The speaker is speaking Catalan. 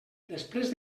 després